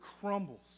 crumbles